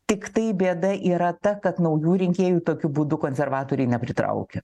tiktai bėda yra ta kad naujų rinkėjų tokiu būdu konservatoriai nepritraukia